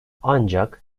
ancak